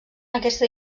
aquesta